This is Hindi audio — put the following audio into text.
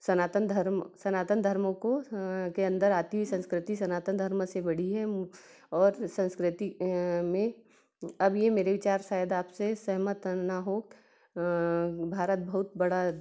सनातन धर्म सनातन धर्म को के अंदर आती हुई संस्कृति सनातन धर्म से बड़ी है और संस्कृति में अब ये मेरे विचार शायद आपसे सहमत ना हों भारत बहुत बड़ा